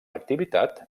activitat